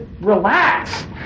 relax